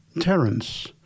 Terence